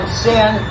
sin